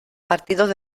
partidos